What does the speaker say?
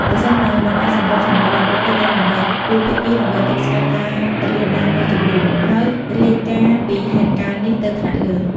ប្រសិនបើមិនអាចសម្របសម្រួលបាន ពួកគេត្រូវ បំបែកគូភាគី ដើម្បីទប់ស្កាត់ការរាលដាលនៃជម្លោះ ហើយរាយការណ៍ ពីហេតុការណ៍នេះទៅថ្នាក់លើ។